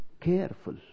careful